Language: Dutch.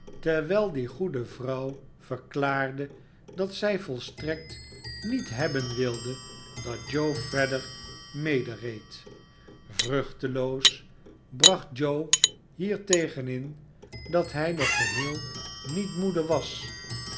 terwijl die goede vrouw verklaarde dat zij volstrekt niet hebben wilde dat joe verder medereed vruchteloos bracht joe hiertegen in dat hij nog geheel niet moede was